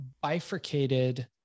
bifurcated